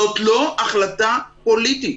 זאת לא החלטה פוליטית.